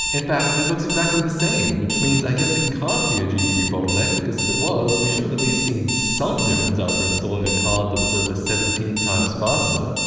in fact it looks exactly the same, which means i guess it can't be a gpu bottleneck because if it was, we should have at least seen some difference after installing a card that's over seventeen x faster.